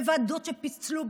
בוועדות שפיצלו,